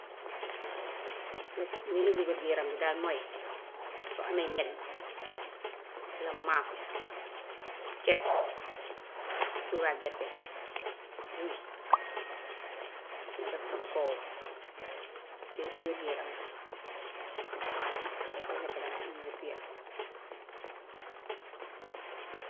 Lekk liy undi wér-gi-yaram gi daal mooy, soo amee ñebbe walla ñebbe, cere, cuuraay gerte, ruy, nga def fa soow. Lii yépp ci wér-gi-yaram la. Ku koy lekk dangay am wér-gi-yaram.